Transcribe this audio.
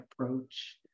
approach